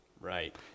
Right